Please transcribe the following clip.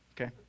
okay